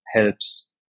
helps